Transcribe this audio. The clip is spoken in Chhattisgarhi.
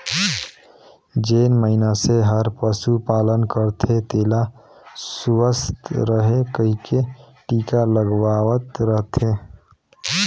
जेन मइनसे हर पसु पालन करथे तेला सुवस्थ रहें कहिके टिका लगवावत रथे